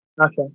Okay